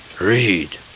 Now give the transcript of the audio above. Read